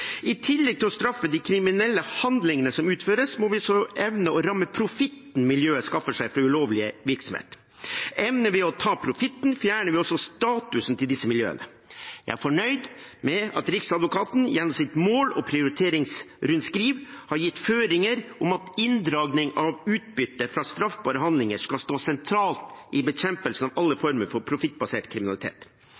I tillegg til å straffe de kriminelle handlingene som utføres, må vi også evne å ramme profitten miljøet skaffer seg fra ulovlig virksomhet. Evner vi å ta profitten, fjerner vi også statusen til disse miljøene. Jeg er fornøyd med at Riksadvokaten gjennom sitt mål- og prioriteringsrundskriv har gitt føringer om at inndragning av utbytte fra straffbare handlinger skal stå sentralt i bekjempelsen av alle